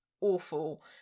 awful